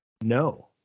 No